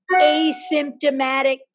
asymptomatic